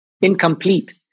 incomplete